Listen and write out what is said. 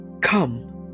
Come